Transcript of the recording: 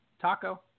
taco